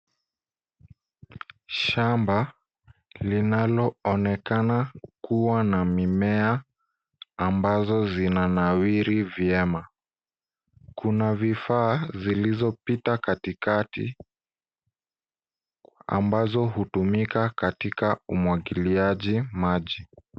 Shamba linaloonekana kukuwa na mimea ambazo zinanawiri vyema. Kuna vifaa zilizopita katikati ambazo hutumika katika umwagiliaji maji.